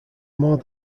more